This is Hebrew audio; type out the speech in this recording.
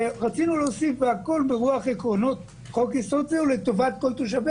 ורצינו להוסיף: והכל ברוח עקרונות חוק יסוד זה לטובת כל תושביה.